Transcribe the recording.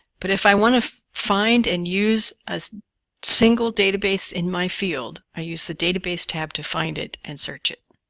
but if i want to find and use a single database in my field, i use the database tab to find it and search it.